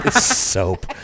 soap